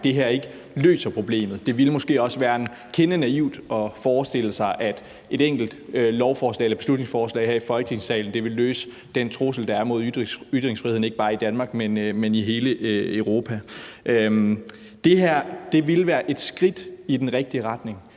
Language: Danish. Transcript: at det her ikke løser problemet. Det ville måske også være en kende naivt at forestille sig, at et enkelt lovforslag eller beslutningsforslag her i Folketingssalen ville løse den trussel, der er mod ytringsfriheden, ikke bare i Danmark, men i hele Europa. Det her ville være et skridt i den rigtige retning.